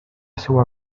seua